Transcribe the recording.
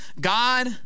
God